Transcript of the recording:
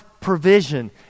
provision